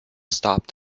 stopped